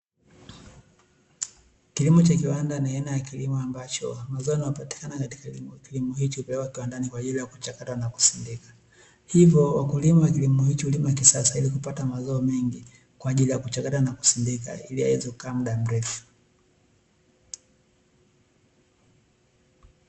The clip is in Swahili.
Kilimo cha kiwanda ni aina ya kilimo ambacho mazao yanayopatikana katika kilimo hicho hupelekwa kiwandani kwa ajili ya kuchakata na kusindika. Hivyo wakulima wa kilimo hicho hulima kisasa ili kupata mazao mengi kwa ajili ya kuchakata na kusindika ili aezwe kaa muda mrefu.